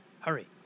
Hurry